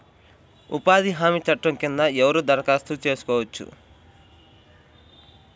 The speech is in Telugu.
ఉపాధి హామీ చట్టం కింద ఎవరు దరఖాస్తు చేసుకోవచ్చు?